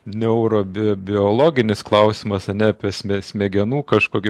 neurobi biologinis klausimas ne apie sme smegenų kažkokį